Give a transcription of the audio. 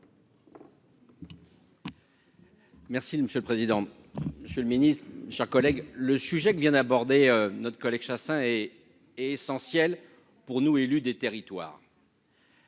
Merci monsieur le président, Monsieur le Ministre, chers collègue le sujet que vient d'aborder notre collègue Chassaing et est essentiel pour nous, élus des territoires.